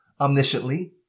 omnisciently